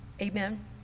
Amen